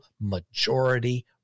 majority